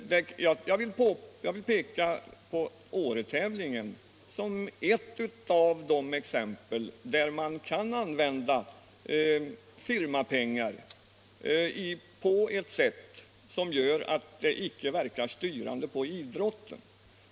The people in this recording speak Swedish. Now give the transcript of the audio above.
Jag vill peka på Åretävlingen som ett exempel på fall där man kan använda firmapengar på ett sätt som gör att det icke verkar styrande på idrotten.